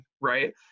right